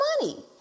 money